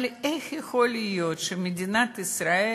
אבל איך יכול להיות שמדינת ישראל